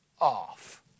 off